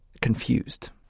confused